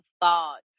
thoughts